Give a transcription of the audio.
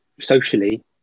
socially